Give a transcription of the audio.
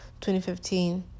2015